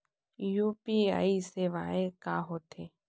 UPI सेवाएं का होथे?